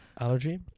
allergy